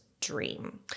dream